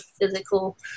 physical